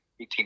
18